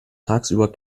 tagsüber